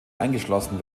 eingeschlossen